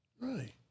Right